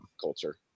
culture